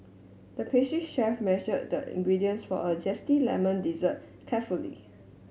the pastry chef measured the ingredients for a zesty lemon dessert carefully